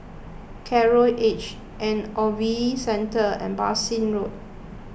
Coral Edge and Ogilvy Centre and Bassein Road